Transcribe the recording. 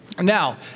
Now